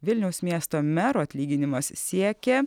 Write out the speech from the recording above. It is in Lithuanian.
vilniaus miesto mero atlyginimas siekia